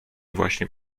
właśnie